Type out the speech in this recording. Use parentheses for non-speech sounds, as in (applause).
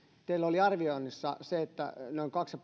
teillä oli arvioinnissa se että noin kaksi (unintelligible)